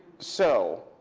so